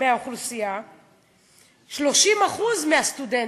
30% מהסטודנטים.